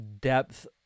depth